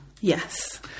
Yes